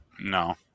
No